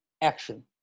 action